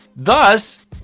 Thus